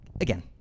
again